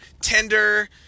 Tender